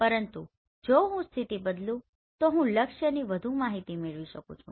પરંતુ જો હું સ્થિતિ બદલુ તો હું લક્ષ્યની વધુ માહિતી મેળવી શકું છું